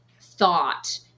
thought